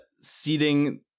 seating